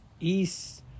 east